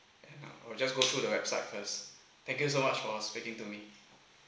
and uh I will just go through the website first thank you so much for speaking to me